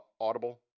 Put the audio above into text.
Audible